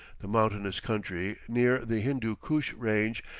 the mountainous country, near the hindoo koosh range,